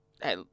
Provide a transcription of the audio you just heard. Hey